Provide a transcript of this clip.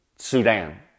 Sudan